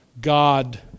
God